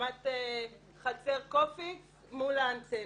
ברמת חצר-קופיקס מול האנטנה.